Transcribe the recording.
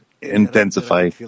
intensify